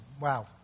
wow